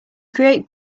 create